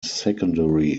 secondary